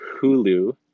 Hulu